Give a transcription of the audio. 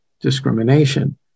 discrimination